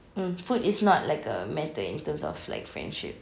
mm food is not like a matter in terms of like friendship